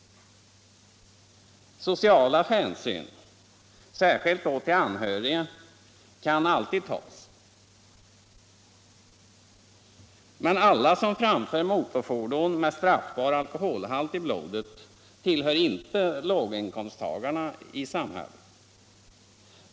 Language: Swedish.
Sociala hänsyn, särskilt då till anhöriga, kan alltid tas. Men alla som framför motorfordon med straffbar alkoholhalt i blodet tillhör inte låginkomsttagarna i samhället.